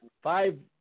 Five